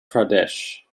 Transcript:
pradesh